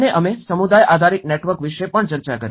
અને અમે સમુદાય આધારિત નેટવર્ક વિશે પણ ચર્ચા કરી